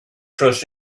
trust